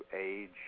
age